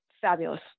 fabulous